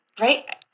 Right